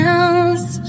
else